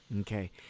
Okay